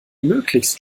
möglichst